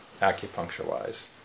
acupuncture-wise